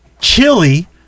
chili